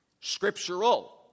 scriptural